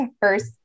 first